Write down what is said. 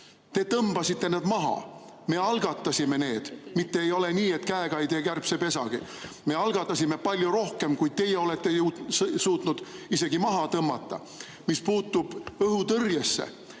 Teie tõmbasite need maha, meie algatasime need, mitte ei ole nii, et käega ei tee kärbsepesagi. Me algatasime palju rohkem, kui teie olete suutnud isegi maha tõmmata. Mis puutub õhutõrjesse,